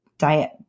Diet